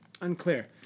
Unclear